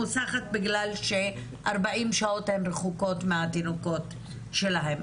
מוסחת בגלל ש-40 שעות הן רחוקות מהתינוקות שלהן.